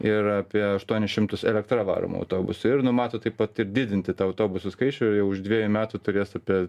ir apie aštuonis šimtus elektra varomų autobusų ir numato taip pat ir didinti tą autobusų skaičių už dviejų metų turės apie